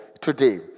today